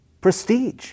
prestige